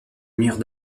mire